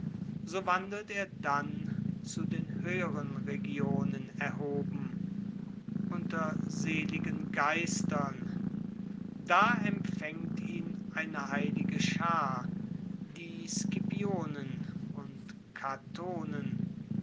so wandelt er dann zu den höheren regionen erhoben unter seligen geistern da empfängt ihn eine heilige schaar die scipionen und catonen